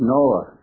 Noah